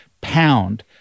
pound